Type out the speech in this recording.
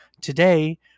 Today